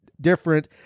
different